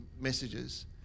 messages